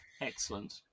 excellent